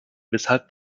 weshalb